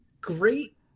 great